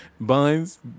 Buns